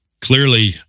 Clearly